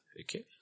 Okay